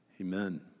Amen